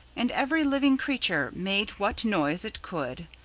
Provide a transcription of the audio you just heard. and every living creature made what noise it could,